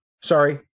sorry